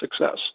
success